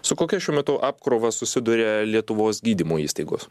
su kokia šiuo metu apkrova susiduria lietuvos gydymo įstaigos